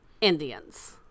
Indians